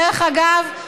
דרך אגב,